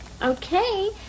okay